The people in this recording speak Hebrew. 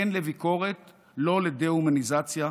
כן לביקורת, לא לדה-הומניזציה,